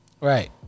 Right